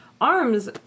arms